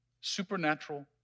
Supernatural